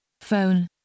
Phone